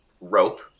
rope